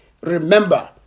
Remember